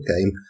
game